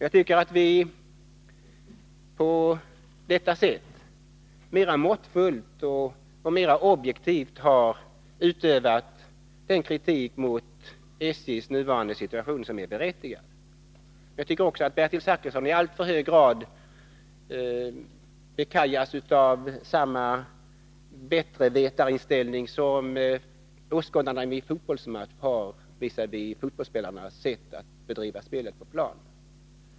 Jag tycker att vi på detta sätt mera måttfullt och objektivt har utövat den kritik mot SJ:s nuvarande situation som är berättigad. Men jag tycker också att Bertil Zachrisson i alltför hög grad bekajas av samma bättre-vetar-inställning som åskådarna vid en fotbollsmatch har visavi fotbollsspelarnas sätt att bedriva spelet på planen.